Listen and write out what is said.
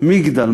מגדל,